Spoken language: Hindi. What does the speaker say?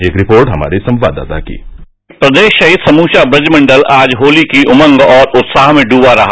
एक रिपोर्ट हमारे संवाददाता की प्रदेश सहित समूचा ब्रज मंडल आज होती की उमंग और उत्साह में डूबा हुआ रहा